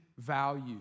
value